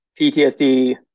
PTSD